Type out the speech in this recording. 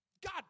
God